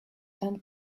and